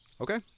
Okay